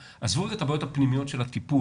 עזבו רגע את הבעיות הפנימיות של הטיפול,